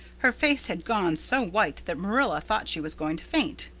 her face had gone so white that marilla thought she was going to faint.